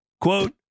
Quote